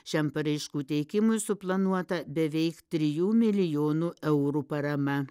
šiam paraiškų teikimui suplanuota beveik trijų milijonų eurų parama